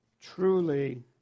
truly